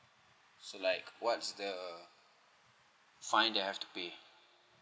so like what's the fine that I have to pay